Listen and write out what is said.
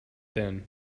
then